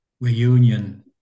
Reunion